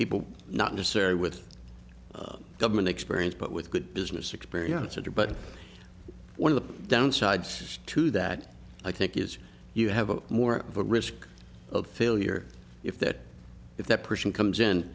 people not necessary with government experience but with good business experience to do but one of the downsides to that i think is you have more of a risk of failure if that if that person comes in